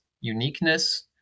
uniqueness